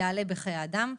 יעלה בחיי אדם.